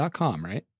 right